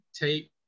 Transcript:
take